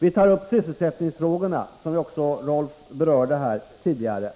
Vi tar upp sysselsättningsfrågorna, vilka Rolf Rämgård nyss berörde,